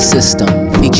System